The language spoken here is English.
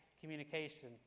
communication